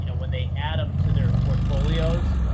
you know when they add them to their portfolios.